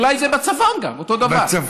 אולי זה גם בצפון אותו דבר.